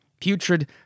putrid